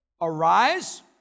arise